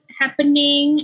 happening